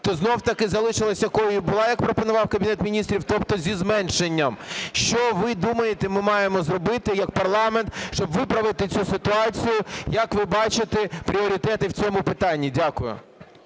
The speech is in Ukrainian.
то знов-таки залишилась, якою і була, як пропонував Кабінет Міністрів, тобто зі зменшенням. Що ви думаєте, ми маємо зробити як парламент, щоб виправити цю ситуацію? Як ви бачите пріоритети в цьому питанні? Дякую.